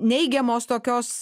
neigiamos tokios